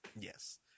Yes